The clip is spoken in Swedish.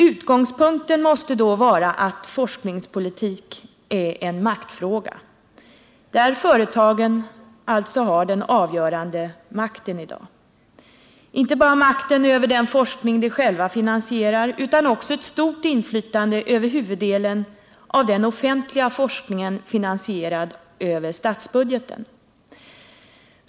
Utgångspunkten måste då vara att forskningspolitik är en maktfråga. Företagen har alltså i dag inte bara den avgörande makten över den forskning de själva finansierar utan också ett stort inflytande över huvuddelen av den offentliga forskningen, finansierad över statsbudgeten.